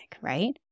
Right